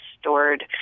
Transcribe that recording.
stored